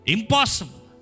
Impossible